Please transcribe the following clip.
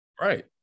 Right